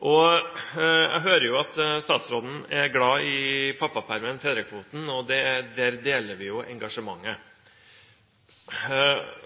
Jeg hører at statsråden er glad i pappapermen, fedrekvoten, og der deler vi engasjementet. Spørsmålet går litt på hvordan vi ivaretar den. Fedrekvoten har jo